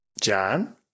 John